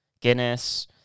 Guinness